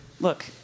look